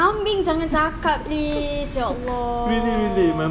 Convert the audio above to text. kambing jangan cakap please ya allah